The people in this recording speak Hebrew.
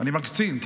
אני מקצין,